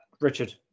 Richard